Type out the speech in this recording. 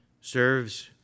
serves